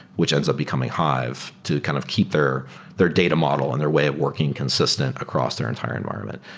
which ends up becoming hive to kind of keep their their data model on their way of working consistent across their entire environment.